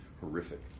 horrific